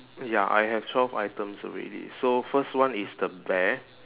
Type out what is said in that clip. ya I have twelve items already so first one is the bear